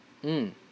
mm